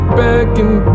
begging